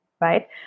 Right